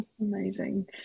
amazing